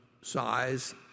size